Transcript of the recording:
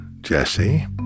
Jesse